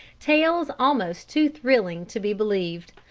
tales almost too thrilling to be believed,